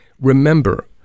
Remember